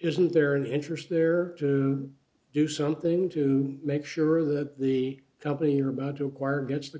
is there an interest there to do something to make sure that the company are about to acquire gets the